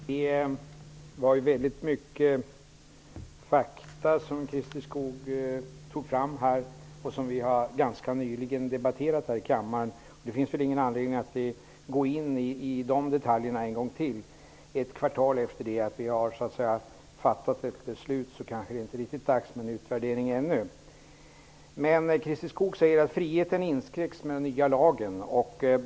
Herr talman! Det var väldigt mycket fakta som Christer Skoog tog fram. Vi har debatterat dem ganska nyligen här i kammaren. Det finns ingen anledning att gå in i dessa detaljer en gång till. Det kanske inte är dags med en utvärdering ett kvartal efter det att vi har fattat ett beslut. Christer Skoog säger att friheten inskränks med den nya lagen.